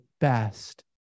best